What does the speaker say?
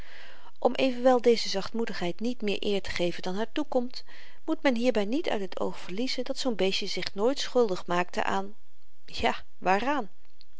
om evenwel deze zachtmoedigheid niet meer eer te geven dan haar toekomt moet men hierby niet uit het oog verliezen dat zoo'n beestje zich nooit schuldig maakte aan ja waaraan